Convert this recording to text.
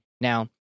Now